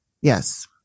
Yes